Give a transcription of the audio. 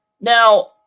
Now